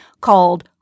called